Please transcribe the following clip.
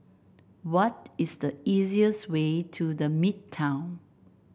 what is the easiest way to The Midtown